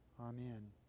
Amen